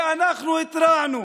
ואנחנו התרענו